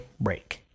break